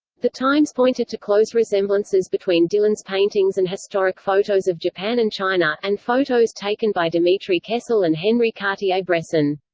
the times pointed to close resemblances between dylan's paintings and historic photos of japan and china, and photos taken by dmitri kessel and henri cartier-bresson.